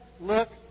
look